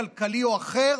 כלכלי או אחר,